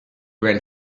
ran